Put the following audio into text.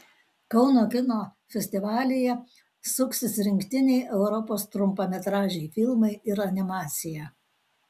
kauno kino festivalyje suksis rinktiniai europos trumpametražiai filmai ir animacija